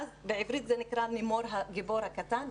בעברית זה 'נמור הגיבור הקטן',